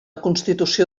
constitució